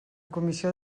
comissió